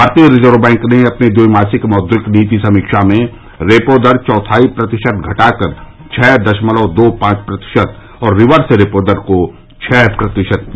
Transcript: भारतीय reserve bank ने अपनी द्विमासिक मौद्रिक नीति समीक्षा में रेपो दर चौथाई प्रतिशत घटाकर छ दशमलव दो पांच प्रतिशत और रिवर्स रेपो दर को छह प्रतिशत किया